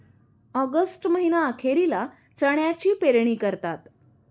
August महीना अखेरीला चण्याची पेरणी करतात